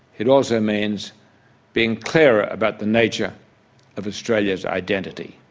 it also means being clearer about the nature of australia's identity,